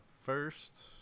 first